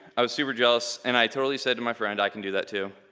i was super jealous and i totally said to my friend, i can do that, too.